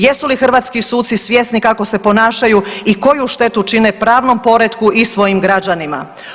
Jesu li hrvatski suci svjesni kako se ponašaju i koju štetu čine pravnom poretku i svojim građanima?